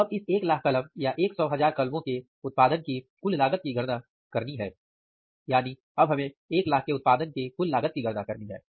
अब इस एक लाख कलम या एक सौ हजार कलमों के उत्पादन की कुल लागत की गणना करनी है यानी अब हमें एक लाख के उत्पादन के कुल लागत की गणना करनी है